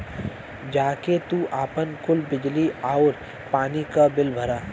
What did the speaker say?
जा के तू आपन कुल बिजली आउर पानी क बिल भरा